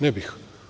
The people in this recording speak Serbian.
Ne bih.